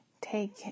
take